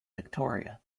victoria